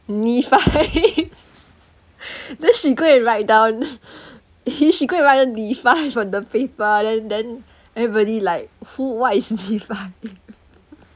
then she go and write down she go and write down on the paper then then everybody like who what is